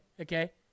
Okay